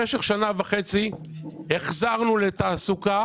במשך שנה וחצי החזרנו לתעסוקה